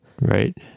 right